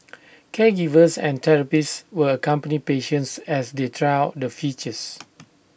caregivers and therapists will accompany patients as they try out the features